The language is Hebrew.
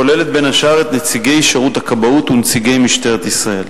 הכוללת בין השאר את נציגי שירות הכבאות ונציגי משטרת ישראל.